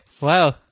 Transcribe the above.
Wow